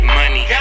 money